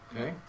Okay